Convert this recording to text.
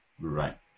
Right